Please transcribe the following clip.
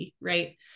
right